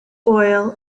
oil